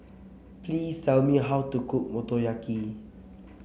please tell me how to cook Motoyaki